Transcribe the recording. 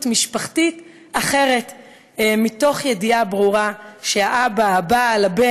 משפחות אומללו בגלל המסחר באופציות